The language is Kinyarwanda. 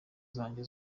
zanjye